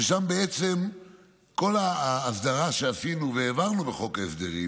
ששם בעצם כל ההסדרה שעשינו והעברנו בחוק ההסדרים